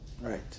right